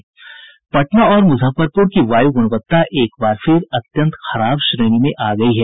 पटना और मुजफ्फरपूर की वायू ग्रणवत्ता एक बार फिर अत्यंत खराब श्रेणी में आ गया है